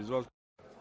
Izvolite.